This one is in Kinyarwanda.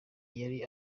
yari